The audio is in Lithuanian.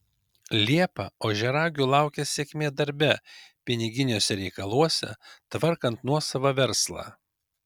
liepą ožiaragių laukia sėkmė darbe piniginiuose reikaluose tvarkant nuosavą verslą